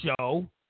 show